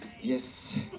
Yes